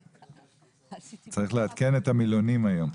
צריך לעדכן את המילונים היום.